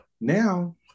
Now